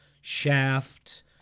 Shaft